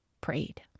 prayed